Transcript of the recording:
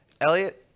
Elliot